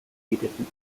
duplicated